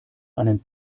einen